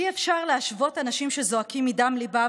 אי-אפשר להשוות אנשים זועקים מדם ליבם